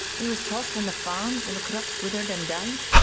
he was tossed from the farms when the crops withered and died.